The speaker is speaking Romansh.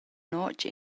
notg